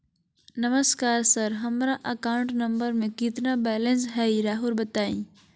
नमस्कार सर हमरा account number में कितना बैलेंस हेई राहुर बताई?